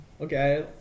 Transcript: Okay